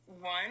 One